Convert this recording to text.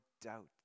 doubt